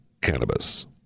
Cannabis